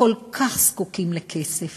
שכל כך זקוקים לכסף